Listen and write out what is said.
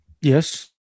Yes